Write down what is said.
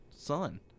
Son